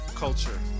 culture